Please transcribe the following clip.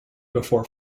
before